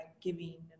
giving